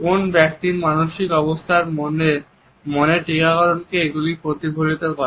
কোন ব্যক্তির মানসিক অবস্থার মধ্যে মনের টিকাকরণকে এগুলি প্রতিফলন করে